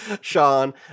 Sean